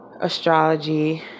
astrology